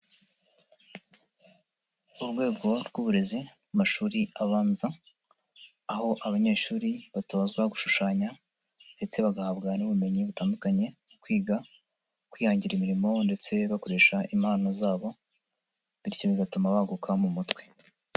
Urwego rw'uburezi, amashuri abanza, aho abanyeshuri batozwa gushushanya, ndetse bagahabwa n'ubumenyi butandukanye, kwiga kwihangira imirimo ndetse bakoresha impano zabo, bityo bigatuma baguka mu umutwe.